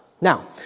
Now